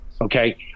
Okay